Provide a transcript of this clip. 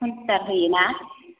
खनसिदार होयोना